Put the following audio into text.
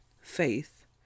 Faith